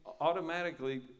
automatically